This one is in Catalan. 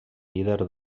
líder